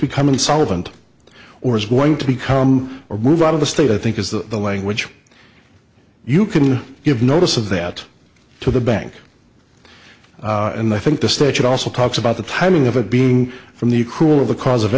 become insolvent or is going to become or move out of the state i think is that the language you can give notice of that to the bank and i think the statute also talks about the timing of it being from the cruel of the cause of